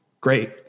great